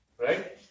right